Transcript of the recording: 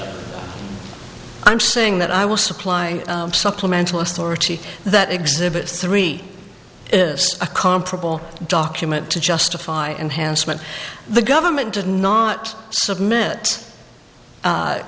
right i'm saying that i will supply supplemental authority that exhibits three a comparable document to justify enhancement the government did not submit